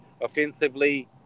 Offensively